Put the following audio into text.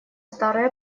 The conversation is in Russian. старые